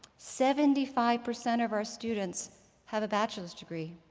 seventy five percent of our students have a bachelor's degree.